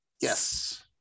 Yes